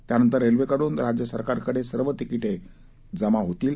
त्यानंतर रेल्वेकडून राज्य सरकारकडे सर्व तिकिटे जमा होतील